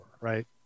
right